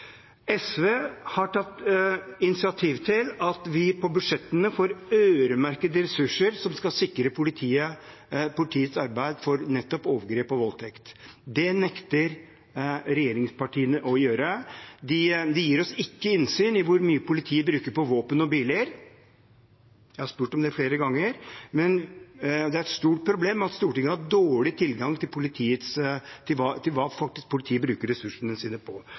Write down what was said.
SV har tatt initiativ til at vi på budsjettene får øremerkede ressurser som skal sikre politiets arbeid mot nettopp overgrep og voldtekt. Det nekter regjeringspartiene å gjøre. De gir oss ikke innsyn i hvor mye politiet bruker på våpen og biler – jeg har spurt om det flere ganger. Det er et stort problem at Stortinget har dårlig tilgang til hva politiet faktisk bruker ressursene sine på.